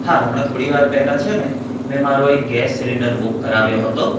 હા હમણાં થોડી વાર પહેલા છે ને મેં મારો એક ગેસ સિલિન્ડર બુક કરાવ્યો હતો